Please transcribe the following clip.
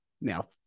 Now